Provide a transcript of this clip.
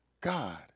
God